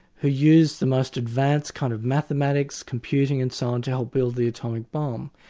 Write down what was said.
who used the most advanced kind of mathematics, computing and so on, to help build the atomic bomb,